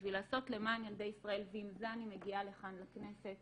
בשביל לעשות למען ילדי ישראל ועם זה אני מגיעה לכאן לכנסת.